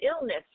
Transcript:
illness